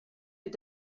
mit